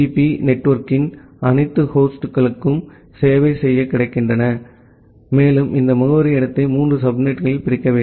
B நெட்வொர்க்கின் அனைத்து ஹோஸ்ட்களுக்கும் சேவை செய்யக் கிடைக்கின்றன மேலும் இந்த முகவரிஇடத்தை மூன்று சப்நெட்களில் பிரிக்க வேண்டும்